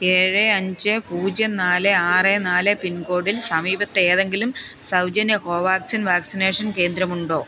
ഏഴ് അഞ്ച് പൂജ്യം നാല് ആറ് നാല് പിൻ കോഡിൽ സമീപത്തേതെങ്കിലും സൗജന്യ കോവാക്സിൻ വാക്സിനേഷൻ കേന്ദ്രമുണ്ടോ